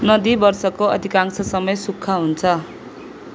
नदी वर्षको अधिकांश समय सुक्खा हुन्छ